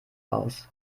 aus